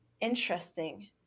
interesting